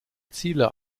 ziele